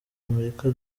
amerika